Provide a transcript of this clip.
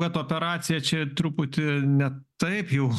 kad operacija čia truputį ne taip jau